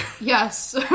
Yes